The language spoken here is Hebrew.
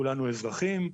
כולנו אזרחים,